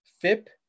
FIP